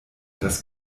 das